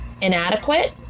inadequate